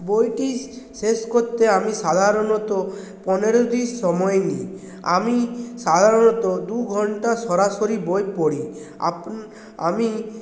বইটি শেষ করতে আমি সাধারণত পনেরো দিন সময় নিই আমি সাধারণত দু ঘন্টা সরাসরি বই পড়ি আপ আমি